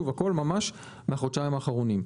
שוב, הכול ממש מן החודשיים האחרונים.